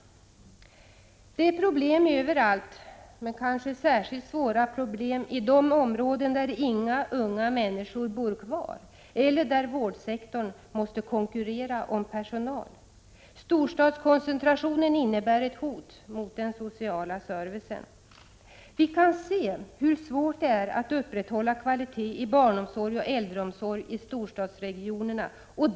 Det är problem överallt men kanske särskilt svåra problem i de områden där inga unga människor bor kvar eller där vårdsektorn måste konkurrera om personal. Storstadskoncentrationen innebär ett hot mot den sociala servicen. Vi kan se hur svårt det är att upprätthålla kvalitet i barnomsorg och äldreomsorg i storstadsregionerna.